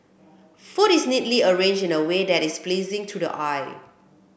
food is neatly arranged in a way that is pleasing to the eye